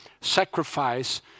sacrifice